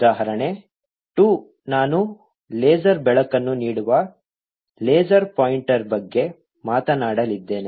ಉದಾಹರಣೆ 2 ನಾನು ಲೇಸರ್ ಬೆಳಕನ್ನು ನೀಡುವ ಲೇಸರ್ ಪಾಯಿಂಟರ್ ಬಗ್ಗೆ ಮಾತನಾಡಲಿದ್ದೇನೆ